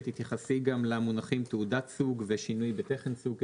ותתייחסי גם למונחים תעודת סוג ושינוי בתכן סוג.